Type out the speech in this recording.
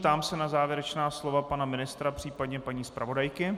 Ptám se na závěrečná slova pana ministra případně paní zpravodajky.